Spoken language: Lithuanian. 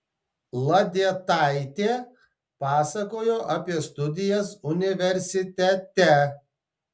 ladietaitė pasakojo apie studijas universitete